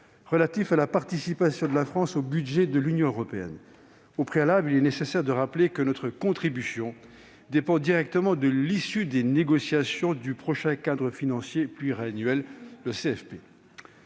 relatif à la participation de la France au budget de l'Union européenne. Au préalable, il est nécessaire de rappeler que notre contribution dépend directement de l'issue des négociations du prochain cadre financier pluriannuel (CFP).